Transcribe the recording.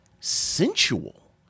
sensual